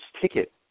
ticket